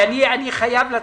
אני חייב לצאת.